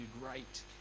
great